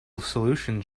solutions